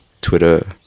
Twitter